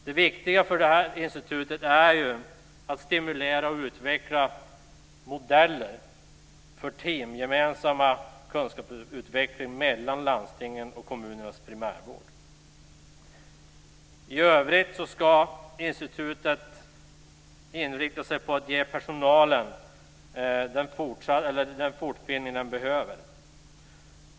Det viktiga för det här institutet är att stimulera och utveckla modeller för teamgemensam kunskapsutveckling mellan landstingens och kommunernas primärvård. I övrigt ska institutet inrikta sig på att ge personalen den fortbildning som personalen behöver.